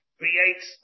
creates